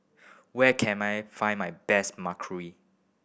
where can I find my best